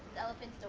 elephant.